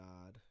God